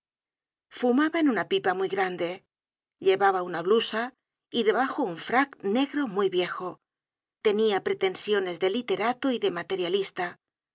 en una pipa muy grande llevaba una blusa y debajo un frac negro muy viejo tenia pretensiones de literato y de materialista